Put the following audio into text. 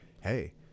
Hey